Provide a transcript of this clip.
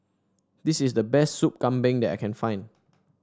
this is the best Soup Kambing that I can find